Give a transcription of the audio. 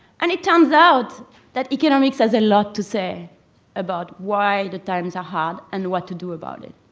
and it turns out that economics has a lot to say about why the times are hard and what to do about it.